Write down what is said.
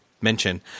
mention